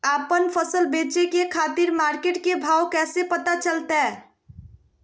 आपन फसल बेचे के खातिर मार्केट के भाव कैसे पता चलतय?